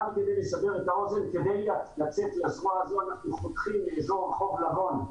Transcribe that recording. רק כדי לדבר את האוזן --- אנחנו חותכים מאזור רחוב לבון,